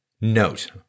note